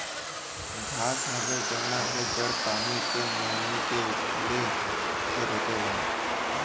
घास हवे जवना के जड़ पानी के नमी के उड़े से रोकेला